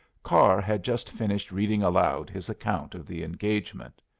carr had just finished reading aloud his account of the engagement.